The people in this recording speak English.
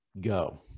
go